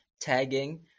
tagging